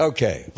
Okay